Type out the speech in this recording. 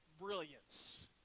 brilliance